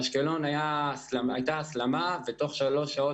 באשקלון הייתה הסלמה ותוך שלוש שעות